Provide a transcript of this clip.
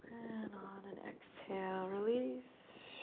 and on an exhale, release.